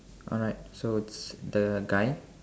alright so the guy